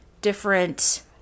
different